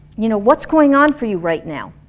you know what's going on for you right now?